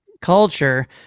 culture